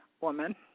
woman